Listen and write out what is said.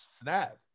snap